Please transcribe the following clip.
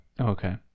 Okay